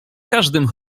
każdym